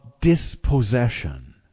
dispossession